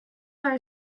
very